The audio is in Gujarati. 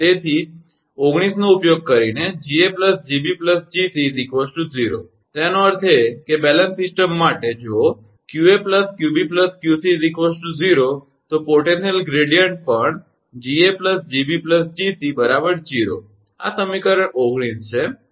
તેથી 19 નો ઉપયોગ કરી 𝐺𝑎 𝐺𝑏 𝐺𝑐 0 તેનો અર્થ એ કે બેલેન્સ સિસ્ટમ માટે જો 𝑞𝑎 𝑞𝑏 𝑞𝑐 0 તો પોટેન્શિયલ ગ્રેડીયંટ પણ 𝐺𝑎 𝐺𝑏 𝐺𝑐 0 આ સમીકરણ 19 છે બરાબર